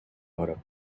europe